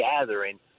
gathering